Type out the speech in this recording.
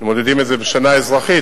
מודדים את זה בשנה אזרחית,